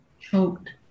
choked